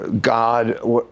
God